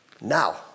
Now